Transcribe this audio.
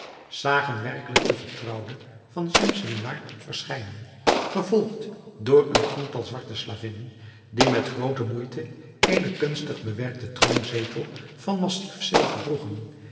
zagen werkelijk de vertrouwde van schemselnihar verschijnen gevolgd door een tiental zwarte slavinnen die met groote moeite eenen kunstig bewerkten troonzetel van massief zilver droegen